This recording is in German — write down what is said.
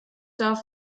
darf